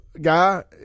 guy